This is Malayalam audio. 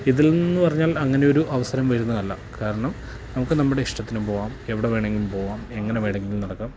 ഇതിലെന്ന് പറഞ്ഞാൽ അങ്ങനെ ഒരു അവസരം വരുന്നതല്ല കാരണം നമുക്ക് നമ്മുടെ ഇഷ്ടത്തിന് പോവാം എവിടെ വേണമെങ്കിലും പോവാം എങ്ങനെ വേണമെങ്കിലും നടക്കാം